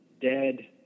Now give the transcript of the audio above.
dead